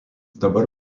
dabar